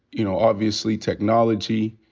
you know, obviously technology,